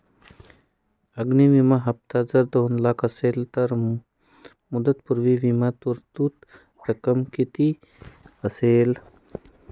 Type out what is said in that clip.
अग्नि विमा हफ्ता जर दोन लाख असेल तर मुदतपूर्व विमा तरतूद रक्कम किती असेल?